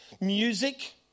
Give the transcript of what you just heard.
music